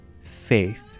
faith